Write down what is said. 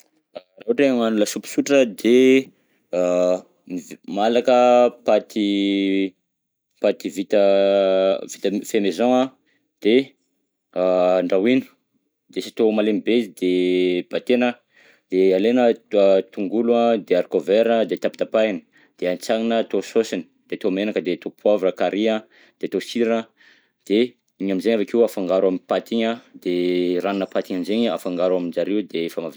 Raha ohatra hoe hagnano lasopy sotra de a mivid- malaka paty paty vita vita fait maison an, de a andrahoina, de sy atao malemy be izy de batena, de alena to- a tongolo an, de haricot vert an, de tapatapahina de antsanina atao saosiny, de atao menaka de atao poavra, carry an, de atao sira an, de iny amizay avy akeo afangaro amin'ny paty igny an, de ranona paty iny am'zegny afangaro aminjareo de efa mahavita.